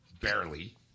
barely